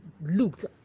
looked